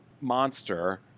monster